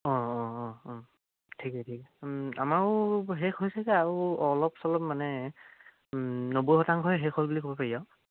অঁ অঁ অঁ অঁ ঠিকে ঠিকে আমাৰো শেষ হৈছেগৈ আৰু অলপ চলপ মানে নব্বৈ শতাংশই শেষ হ'ল বুলি ক'ব পাৰি আৰু